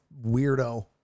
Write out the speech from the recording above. weirdo